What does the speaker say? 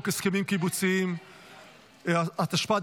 הסכמים קיבוציים (תיקון מס'